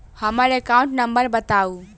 हम्मर account number बताऊ?